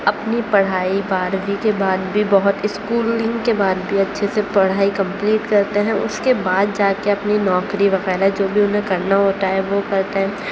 اپنی پڑھائی بارہویں کے بعد بھی بہت اسکولنگ کے بعد بھی اچھے سے پڑھائی کمپلیٹ کرتے ہیں اس کے بعد جا کے اپنی نوکری وغیرہ جو بھی انہیں کرنا ہوتا ہے وہ کرتے ہیں